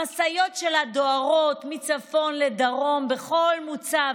המשאיות שלה דוהרות מצפון לדרום, לכל מוצב,